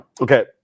Okay